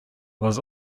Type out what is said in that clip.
was